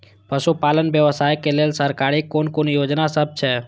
पशु पालन व्यवसाय के लेल सरकारी कुन कुन योजना सब छै?